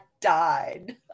died